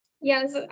Yes